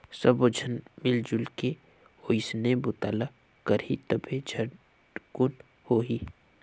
सब्बो झन मिलजुल के ओइसने बूता ल करही तभे झटकुन होही